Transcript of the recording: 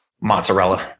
Mozzarella